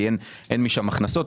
כי אין משם הכנסות.